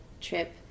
trip